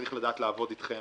וצריך לדעת לעבוד אתכם,